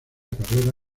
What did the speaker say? carrera